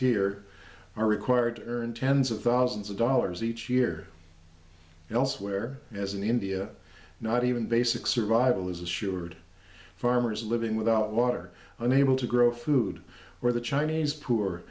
here are required to earn tens of thousands of dollars each year elsewhere as in india not even basic survival is assured farmers living without water unable to grow food or the chinese poor